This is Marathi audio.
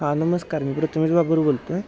हां नमस्कार मी प्रथमेश बाबर बोलतो आहे